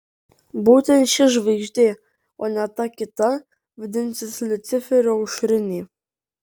būtent ši žvaigždė o ne ta kita vadinsis liuciferio aušrinė